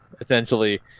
essentially